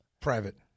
private